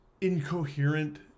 incoherent